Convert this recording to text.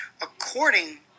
according